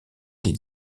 les